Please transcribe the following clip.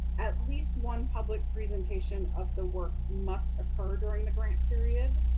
at least one public presentation of the work must occur during the grant period.